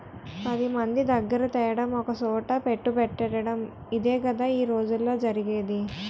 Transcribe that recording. పదిమంది దగ్గిర తేడం ఒకసోట పెట్టుబడెట్టటడం ఇదేగదా ఈ రోజుల్లో జరిగేది